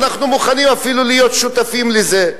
אנחנו מוכנים אפילו להיות שותפים לזה,